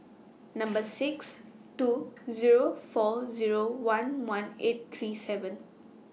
Number six two Zero four Zero one one eight three seven